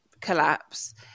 collapse